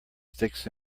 sticks